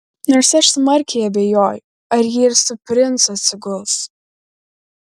nors aš smarkiai abejoju ar ji ir su princu atsiguls